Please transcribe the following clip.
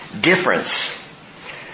difference